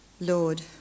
Lord